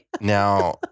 Now